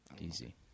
Easy